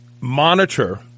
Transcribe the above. monitor